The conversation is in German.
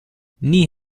nie